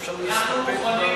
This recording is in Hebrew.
אבל נראה לי שאפשר להסתפק,